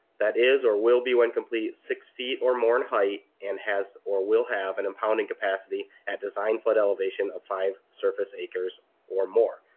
that is or will be when complete six feet or more in height, and has or will have an impounding capacity at design flood elevation of five surface acres or more.